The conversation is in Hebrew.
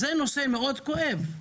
זה נושא מאוד כואב.